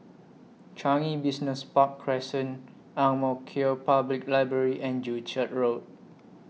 Changi Business Park Crescent Ang Mo Kio Public Library and Joo Chiat Road